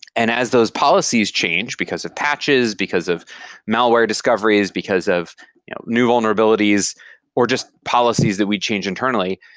and as those policies change, because of patches, because of malware discoveries, because of new vulnerabilities or just policies that we change internally,